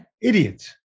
Idiots